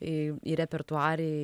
į į repertuare